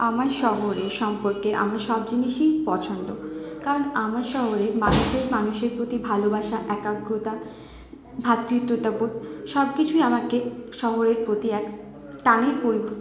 আমার শহরের সম্পর্কে আমি সব জিনিসই পছন্দ করি কারণ আমার শহরে মানুষে মানুষের প্রতি ভালোবাসা একাগ্রতা ভাতৃত্ববোধ সবকিছুই আমাকে শহরের প্রতি এক টানে পরি